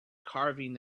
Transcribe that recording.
carving